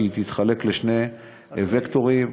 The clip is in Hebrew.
שתתחלק לשני וקטורים,